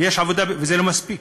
וזה לא מספיק.